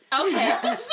Okay